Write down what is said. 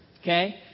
Okay